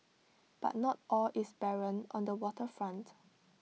but not all is barren on the Water Front